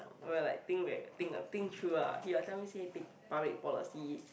will like think will think ah think through lah he like tell me say take public policy